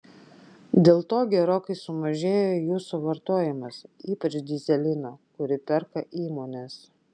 dėl to gerokai sumažėjo jų suvartojimas ypač dyzelino kurį perka įmonės